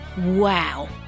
Wow